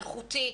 איכותי,